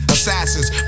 Assassins